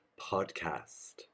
Podcast